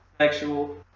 sexual